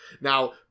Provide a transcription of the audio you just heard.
Now